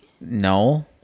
No